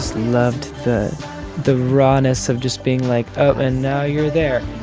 loved the the rawness of just being like, oh, and now you're there